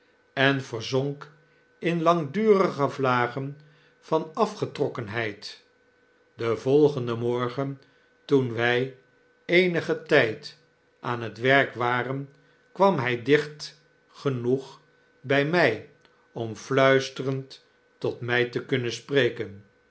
en verzonk in langurige vlagen van afgetrokkenheid den volgenden morgen toen wij eenigen tijd aan het werk waren kwam hij dicht genoeg bij mij om fluisterend tot mij te kunnen spreken